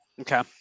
Okay